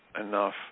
enough